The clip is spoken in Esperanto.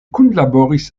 kunlaboris